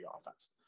offense